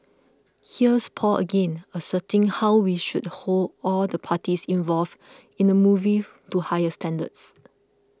here's Paul again asserting how we should hold all the parties involved in the movie to higher standards